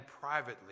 privately